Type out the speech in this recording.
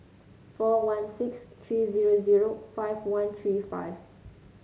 four one six three zero zero five one three five